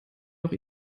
noch